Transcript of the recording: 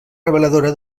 reveladora